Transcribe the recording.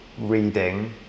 reading